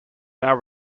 now